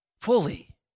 fully